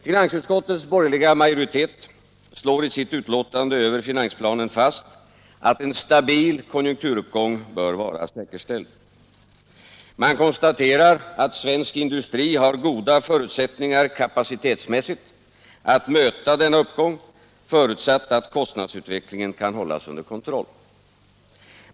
Finansutskottets borgerliga majoritet slår i sitt utlåtande över finansplanen fast att en stabil konjunkturuppgång bör vara säkerställd. Man konstaterar att svensk industri har goda förutsättningar kapacitetsmässigt att möta denna uppgång, förutsatt att kostnadsutvecklingen kan hållas under kontroll.